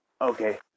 Okay